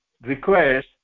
requires